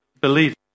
believe